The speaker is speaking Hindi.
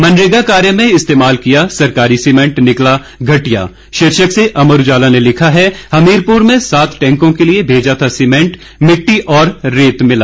मनरेगा कार्य में इस्तेमाल किया सरकारी सीमेंट निकला घटिया शीर्षक से अमर उजाला ने लिखा है हमीरपुर में सात टैंकों के लिए भेजा था सीमेंट मिट्टी और रेत मिला